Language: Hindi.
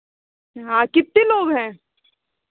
हाँ कितने लोग हैं